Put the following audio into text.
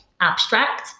abstract